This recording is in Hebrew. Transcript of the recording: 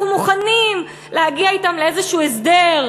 אנחנו מוכנים להגיע אתם לאיזשהו הסדר,